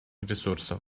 ресурсов